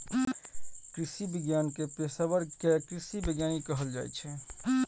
कृषि विज्ञान के पेशवर कें कृषि वैज्ञानिक कहल जाइ छै